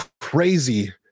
crazy